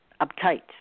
uptight